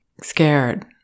scared